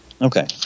Okay